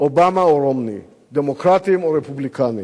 אובמה או רומני, דמוקרטים או רפובליקנים.